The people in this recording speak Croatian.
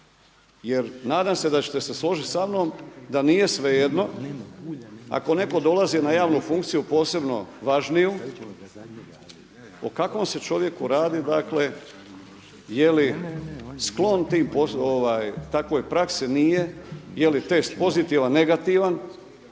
Jer nadam se da ćete se složiti sa mnom da nije svejedno ako neko dolazi na javnu funkciju, posebno važniju, o kakvom se čovjeku radi jeli sklon takvoj praksi, nije, jeli test pozitivan, negativan